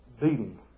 beating